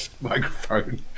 microphone